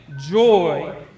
joy